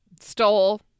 Stole